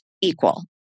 equal